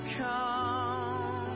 come